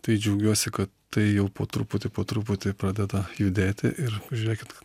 tai džiaugiuosi kad tai jau po truputį po truputį pradeda judėti ir žiūrėkit